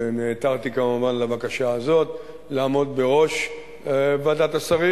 ונעתרתי כמובן לבקשה הזאת, לעמוד בראש ועדת השרים.